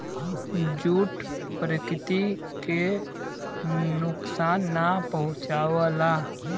jute प्रकृति के नुकसान ना पहुंचावला